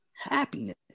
happiness